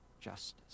justice